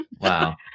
Wow